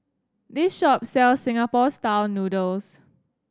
this shop sells Singapore Style Noodles